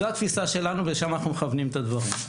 זו התפיסה שלנו, ולשם אנחנו מכוונים את הדברים.